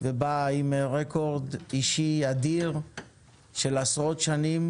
ובאה עם רקורד אישי אדיר של עשרות שנים